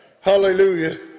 Hallelujah